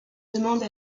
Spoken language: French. demande